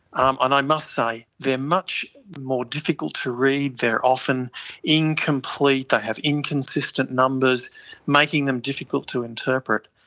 um and i must say, they are much more difficult to read, they are often incomplete, they have inconsistent numbers making them difficult to interpret.